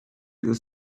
does